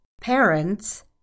parents